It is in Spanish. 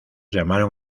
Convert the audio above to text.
llamaron